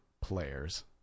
Players